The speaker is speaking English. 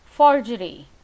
Forgery